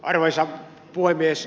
arvoisa puhemies